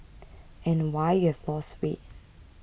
and why you have lost weight